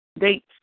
dates